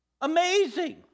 Amazing